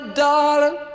darling